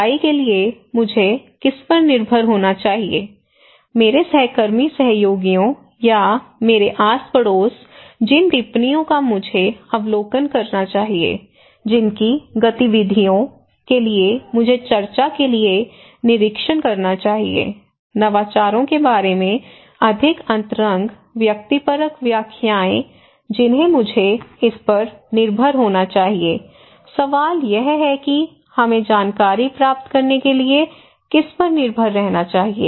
सुनवाई के लिए मुझे किस पर निर्भर होना चाहिए मेरे सहकर्मी सहयोगियों या मेरे आस पड़ोस जिन टिप्पणियों का मुझे अवलोकन करना चाहिए जिनकी गतिविधियों के लिए मुझे चर्चा के लिए निरीक्षण करना चाहिए नवाचारों के बारे में अधिक अंतरंग व्यक्तिपरक व्याख्याएं जिन्हें मुझे इस पर निर्भर होना चाहिए सवाल यह है कि हमें जानकारी प्राप्त करने के लिए किस पर निर्भर रहना चाहिए